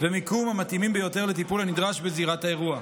ומיקום המתאימים ביותר לטיפול הנדרש בזירת האירוע.